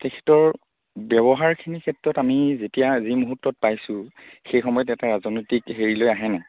তেখেতৰ ব্যৱহাৰখিনিৰ ক্ষেত্ৰত আমি যেতিয়া যি মুহূৰ্তত পাইছোঁ সেই সময়ত এটা ৰাজনৈতিক হেৰিলৈ আহেনে